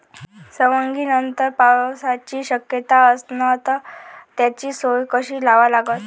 सवंगनीनंतर पावसाची शक्यता असन त त्याची सोय कशी लावा लागन?